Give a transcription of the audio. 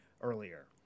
earlier